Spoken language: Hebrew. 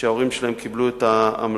שההורים שלהן קיבלו את ההמלצות,